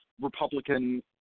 Republican